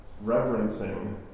reverencing